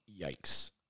Yikes